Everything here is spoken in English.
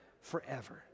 forever